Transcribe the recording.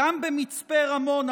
גם במצפה רמון,